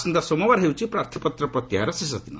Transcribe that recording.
ଆସନ୍ତା ସୋମବାର ହେଉଛି ପ୍ରାର୍ଥୀପତ୍ର ପ୍ରତ୍ୟାହାରର ଶେଷ ଦିନ